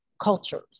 cultures